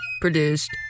produced